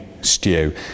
stew